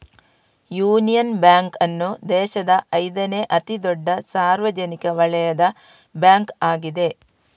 union bank ಅನ್ನು ದೇಶದ ಐದನೇ ಅತಿ ದೊಡ್ಡ ಸಾರ್ವಜನಿಕ ವಲಯದ ಬ್ಯಾಂಕ್ ಆಗಿದೆ